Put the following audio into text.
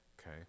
okay